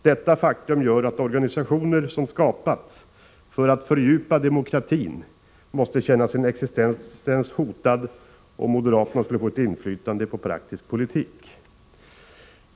Detta faktum gör att Organisationer som skapats för att fördjupa demokratin måste känna sin existens hotad, om moderaterna skulle få ett inflytande på praktisk politik.